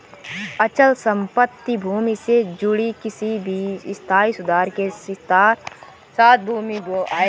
अचल संपत्ति भूमि से जुड़ी किसी भी स्थायी सुधार के साथ भूमि है